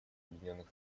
объединенных